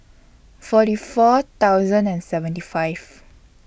forty four thousand and seventy five